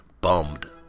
bummed